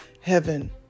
heaven